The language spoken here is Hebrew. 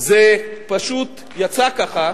זה פשוט יצא ככה,